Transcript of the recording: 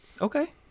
Okay